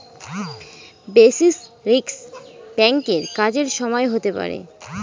basis risk ব্যাঙ্কের কাজের সময় হতে পারে